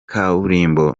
kaburimbo